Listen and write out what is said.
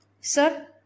Sir